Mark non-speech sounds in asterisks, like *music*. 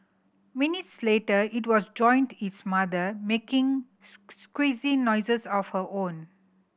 minutes later it was joined its mother making *unintelligible* squeaky noises of her own